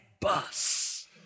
bus